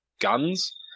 guns